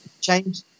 change